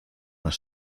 las